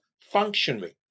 functionary